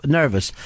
nervous